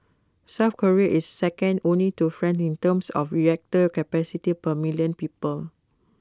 south Korea is second only to France in terms of reactor capacity per million people